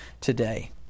today